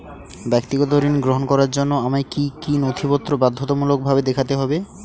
ব্যক্তিগত ঋণ গ্রহণ করার জন্য আমায় কি কী নথিপত্র বাধ্যতামূলকভাবে দেখাতে হবে?